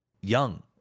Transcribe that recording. young